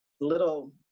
little